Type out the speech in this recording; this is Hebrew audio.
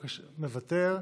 מוותר.